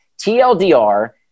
TLDR